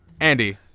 Andy